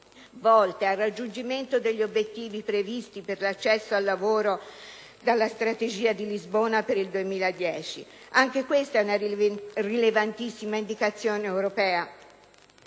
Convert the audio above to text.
volte al raggiungimento degli obiettivi previsti per l'accesso al lavoro dalla Strategia di Lisbona per il 2010. Anche questa è una rilevantissima indicazione europea.